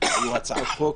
והיו הצעות חוק,